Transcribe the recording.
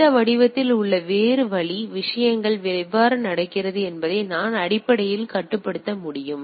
இந்த வடிவத்தில் உள்ள வேறு வழி விஷயங்கள் எவ்வாறு நடக்கிறது என்பதை நான் அடிப்படையில் கட்டுப்படுத்த முடியும்